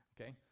Okay